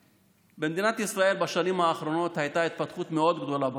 במדינת ישראל בשנים האחרונות הייתה התפתחות מאוד גדולה ברפואה,